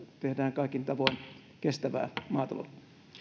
tehdään kaikin tavoin kestävää maataloutta